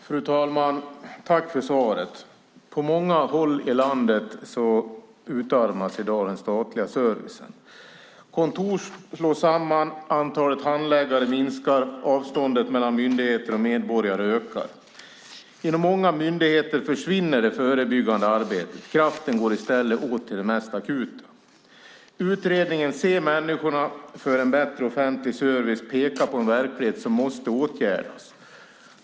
Fru talman! Tack för svaret, statsrådet! På många håll i landet utarmas i dag den statliga servicen. Kontor slås samman, antalet handläggare minskar, avståndet mellan myndigheter och medborgare ökar. Inom många myndigheter försvinner det förebyggande arbetet. Kraften går i stället åt till det mest akuta. Utredningen Se medborgarna - för bättre offentlig service pekar på en verklighet som måste åtgärdas.